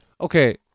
okay